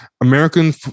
American